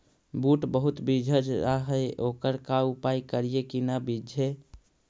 बुट बहुत बिजझ जा हे ओकर का उपाय करियै कि न बिजझे?